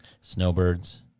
Snowbirds